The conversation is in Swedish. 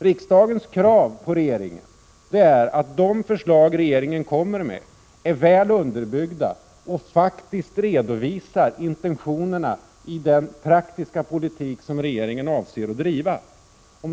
Riksdagen kräver att de förslag som regeringen kommer med är väl underbyggda och faktiskt redovisar intentionerna i den praktiska politik som regeringen avser att driva.